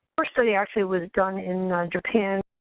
first study actually was done in japan,